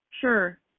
Sure